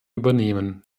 übernehmen